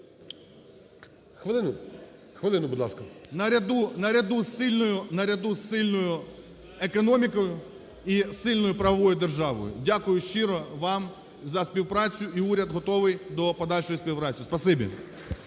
Хвилину, будь ласка. ГРОЙСМАН В.Б....наряду з сильною економікою і сильною правовою державою. Дякую щиро вам за співпрацю, і уряд готовий до подальшої співпраці.